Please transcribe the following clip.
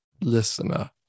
listener